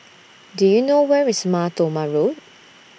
Do YOU know Where IS Mar Thoma Road